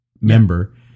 Member